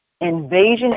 Invasion